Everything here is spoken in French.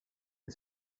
une